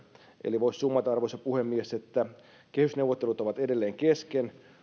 eli voisi summata arvoisa puhemies että kehysneuvottelut ovat edelleen kesken ja